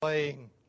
Playing